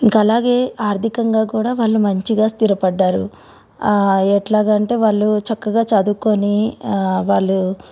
ఇంకా అలాగే ఆర్థికంగా కూడా వాళ్ళు మంచిగా స్థిరపడ్డారు ఎట్లాగంటే వాళ్ళు చక్కగా చదువుకొని వాళ్ళు